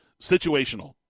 situational